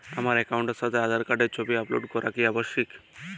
আমার অ্যাকাউন্টের সাথে আধার কার্ডের ছবি আপলোড করা কি আবশ্যিক?